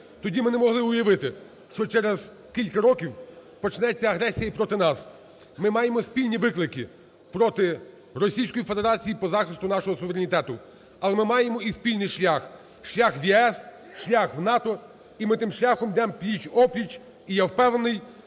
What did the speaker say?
Тоді ми не могли уявити, що через кілька років почнеться агресія і проти нас. Ми маємо спільні виклики проти Російської Федерації по захисту нашого суверенітету, але ми маємо і спільний шлях – шлях в ЄС, шлях в НАТО, і ми тим шляхом йдемо пліч-о-пліч. І, я впевнений,